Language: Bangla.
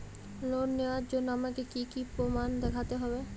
লোন নেওয়ার জন্য আমাকে কী কী প্রমাণ দেখতে হবে?